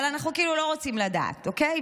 אבל אנחנו כאילו לא רוצים לדעת, אוקיי?